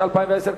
התש"ע 2010,